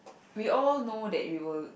we all know that we will